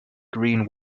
green